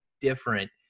different